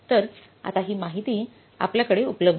तर आता ही माहिती आपल्याकडे उपलब्ध आहे